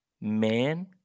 man